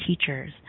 teachers